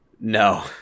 No